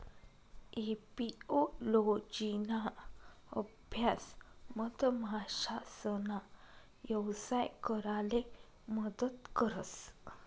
एपिओलोजिना अभ्यास मधमाशासना यवसाय कराले मदत करस